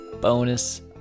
bonus